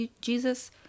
Jesus